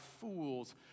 fools